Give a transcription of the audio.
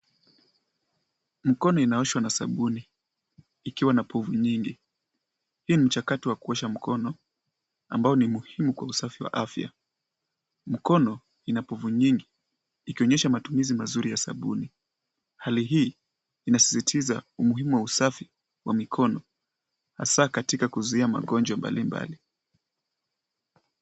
Mkono inaoshwa na sabuni ikiwa na povu nyingi. Hii ni mchakato wa kuosha mkono ambao ni muhimu kwa usafi wa afya. Mkono ina povu nyingi ikionyesha matumizi mazuri ya sabuni. Hali hii inasisitiza umuhimu wa usafi wa mikono hasa katika kuzuia magonjwa mbalimbali.